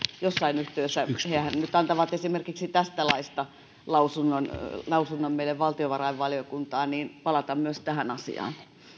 jossain yhteydessä hehän nyt antavat esimerkiksi tästä laista lausunnon lausunnon meille valtiovarainvaliokuntaan palata myös tähän asiaan